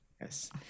Yes